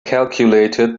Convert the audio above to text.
calculated